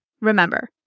Remember